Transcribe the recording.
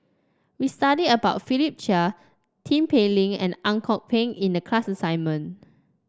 we studied about Philip Chia Tin Pei Ling and Ang Kok Peng in the class assignment